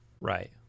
Right